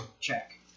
check